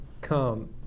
come